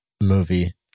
movie